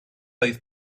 oedd